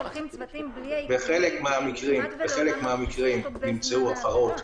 בחלק מהמקרים נמצאו הפרות,